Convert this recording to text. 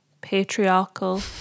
patriarchal